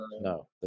no